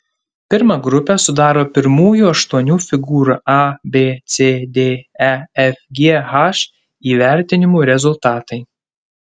pirmą grupę sudaro pirmųjų aštuonių figūrų a b c d e f g h įvertinimų rezultatai